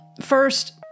First